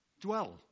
dwell